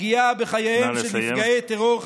הפגיעה בחייהם של נפגעי טרור, נא לסיים.